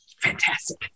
fantastic